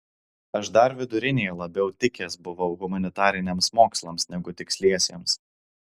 aš dar vidurinėje labiau tikęs buvau humanitariniams mokslams negu tiksliesiems